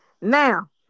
now